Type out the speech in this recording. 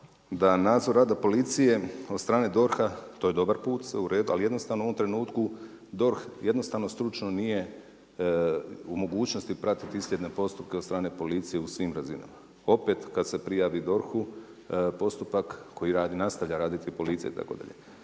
da nadzor rada policije od strane DORH-a to je dobar put, sve je u redu, ali jednostavno u ovom trenutku DORH jednostavno stručno nije u mogućnosti pratiti isljedne postupke od strane policije u svim razinama. Opet kad se prijavi DORH-u postupak koji radi, nastavlja raditi policija, tako da,